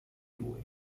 lui